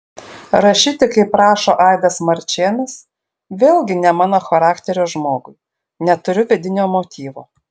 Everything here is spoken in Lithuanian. rašyti kaip rašo aidas marčėnas vėlgi ne mano charakterio žmogui neturiu vidinio motyvo